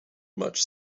much